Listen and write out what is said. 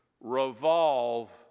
revolve